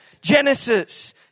Genesis